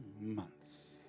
months